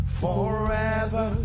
forever